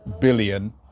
billion